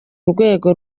rwego